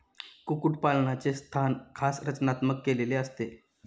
कुक्कुटपालनाचे स्थान खास रचनात्मक केलेले असते